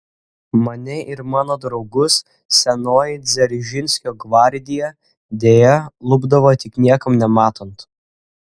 mane ir mano draugus senoji dzeržinskio gvardija deja lupdavo tik niekam nematant